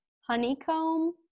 honeycomb